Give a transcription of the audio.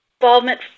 involvement